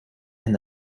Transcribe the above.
and